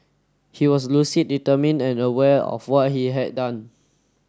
he was lucid determined and aware of what he had done